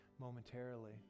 momentarily